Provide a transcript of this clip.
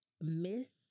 miss